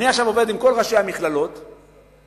אני עובד עכשיו עם כל ראשי המכללות בגליל,